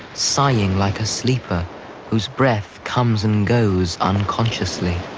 sighing like a sleeper whose breath comes and goes unconsciously.